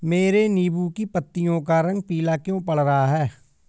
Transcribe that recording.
मेरे नींबू की पत्तियों का रंग पीला क्यो पड़ रहा है?